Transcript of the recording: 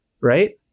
right